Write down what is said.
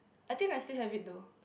I think I still have it though